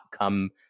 come